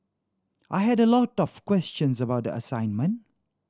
I had a lot of questions about the assignment